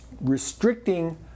restricting